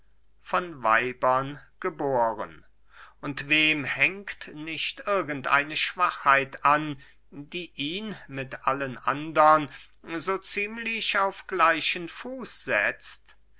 von weibern geboren und wem hängt nicht irgend eine schwachheit an die ihn mit allen andern so ziemlich auf gleichen fuß setzt